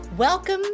Welcome